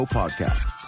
podcast